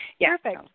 Perfect